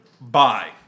Bye